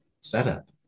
setup